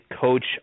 coach